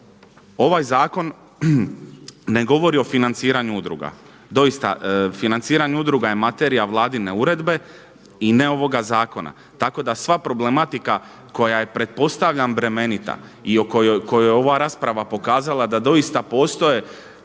ovaj zakon ne govori o financiranju udruga. Doista, financiranje udruga je materija vladine uredbe i ne ovoga zakona, tako da sva problematika koja je pretpostavljam bremenita i u kojoj je ova rasprava pokazala da doista postoje